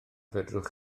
fedrwch